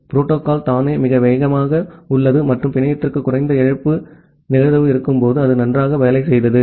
protocol தானே மிக வேகமாக உள்ளது மற்றும் பிணையத்திற்கு குறைந்த இழப்பு நிகழ்தகவு இருக்கும்போது அது நன்றாக வேலை செய்தது